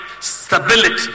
stability